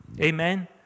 Amen